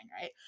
right